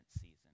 season